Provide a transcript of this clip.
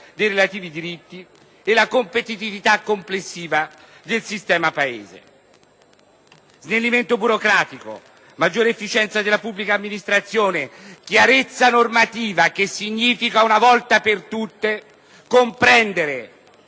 dei relativi diritti e della competitività complessiva del sistema Paese. Snellimento burocratico; maggiore efficienza della pubblica amministrazione; chiarezza normativa, che significa una volta per tutte comprendere